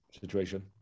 situation